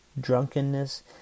drunkenness